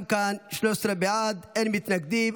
גם כאן 13 בעד, ואין מתנגדים.